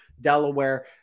Delaware